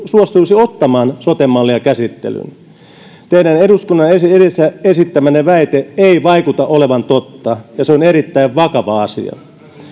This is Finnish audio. suostuisi ottamaan sote mallia käsittelyyn teidän eduskunnan edessä esittämänne väite ei vaikuta olevan totta ja se on erittäin vakava asia